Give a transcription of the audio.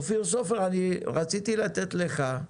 אופיר סופר, רציתי לתת לך,